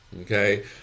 Okay